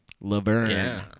Laverne